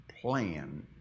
plan